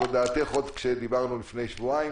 זו דעתך עוד כשדיברנו לפני שבועיים,